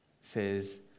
says